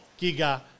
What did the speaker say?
Giga